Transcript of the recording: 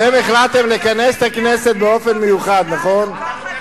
אתם החלטתם לכנס את הכנסת באופן מיוחד, נכון?